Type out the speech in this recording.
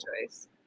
choice